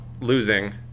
losing